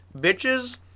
Bitches